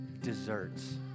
Desserts